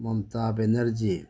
Mamta Banerjee